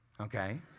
okay